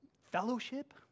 fellowship